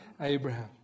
Abraham